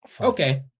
Okay